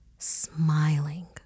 smiling